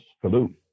Salute